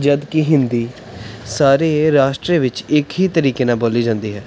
ਜਦ ਕਿ ਹਿੰਦੀ ਸਾਰੇ ਰਾਸ਼ਟਰ ਵਿੱਚ ਇੱਕ ਹੀ ਤਰੀਕੇ ਨਾਲ ਬੋਲੀ ਜਾਂਦੀ ਹੈ